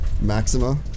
Maxima